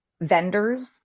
vendors